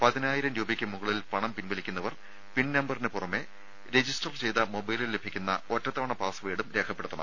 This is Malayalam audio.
പതിനായിരം രൂപക്ക് മുകളിൽ പണം പിൻവലിക്കുന്നവർ പിൻ നമ്പറിന് പുറമെ രജിസ്റ്റർ ചെയ്ത മൊബൈലിൽ ലഭിക്കുന്ന ഒറ്റത്തവണ പാസ് വേർഡും രേഖപ്പെടുത്തണം